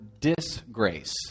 disgrace